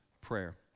prayer